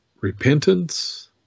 repentance